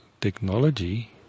technology